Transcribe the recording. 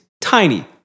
tiny